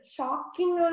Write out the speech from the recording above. Shocking